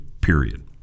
Period